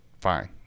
fine